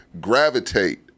gravitate